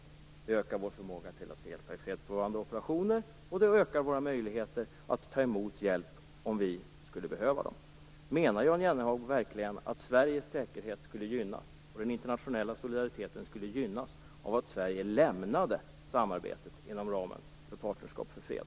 Det ökar vår förmåga att delta i fredsbevarande operationer, och det ökar våra möjligheter att ta emot hjälp om vi skulle behöva det. Menar Jan Jennehag verkligen att Sveriges säkerhet och den internationella solidariteten skulle gynnas om Sverige lämnade samarbetet inom ramen för Partnerskap för fred?